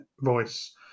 voice